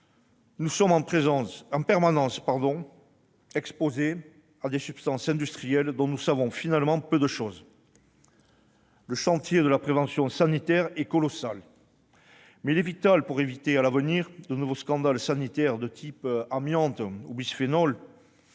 Nous sommes en permanence exposés à des substances industrielles dont nous savons finalement peu de chose. Le chantier de la prévention sanitaire est colossal, mais il est vital pour éviter à l'avenir de nouveaux scandales sanitaires de type amiante ou bisphénol.